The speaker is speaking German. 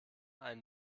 einen